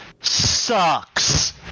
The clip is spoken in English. sucks